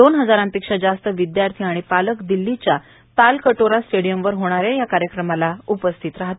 दोन हजारांपेक्षा जास्त विद्यार्थी आणि पालक दिल्लीच्या तालकटोरा स्टेडियमवर होणाऱ्या या कार्यक्रमाला उपस्थित राहतील